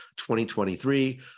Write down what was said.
2023